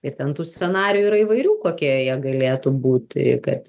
ir ten tų scenarijų yra įvairių kokie jie galėtų būti kad